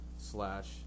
slash